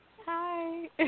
Hi